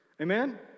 Amen